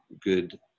good